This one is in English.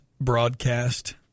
broadcast